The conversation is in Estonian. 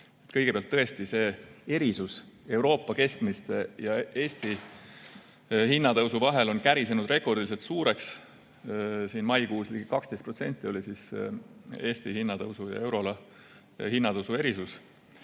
Kõigepealt, tõesti see erinevus euroala keskmise ja Eesti hinnatõusu vahel on kärisenud rekordiliselt suureks. Maikuus oli ligi 12% Eesti hinnatõusu ja euroala hinnatõusu erinevus.